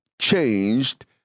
changed